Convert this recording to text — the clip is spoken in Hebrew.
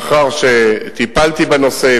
לאחר שטיפלתי בנושא,